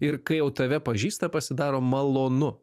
ir kai jau tave pažįsta pasidaro malonu